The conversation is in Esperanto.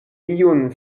iun